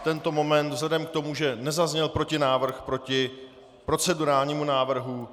A v tento moment vzhledem k tomu, že nezazněl protinávrh proti procedurálnímu návrhu...